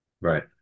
Right